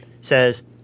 says